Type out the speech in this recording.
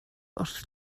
wrth